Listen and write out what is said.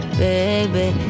baby